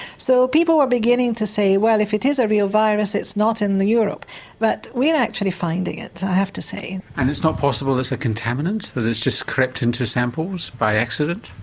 so people were beginning to say well if it is a real virus it's not in europe but we're actually finding it i have to say. and it's not possible it's a contaminant that it's just crept into samples by accident?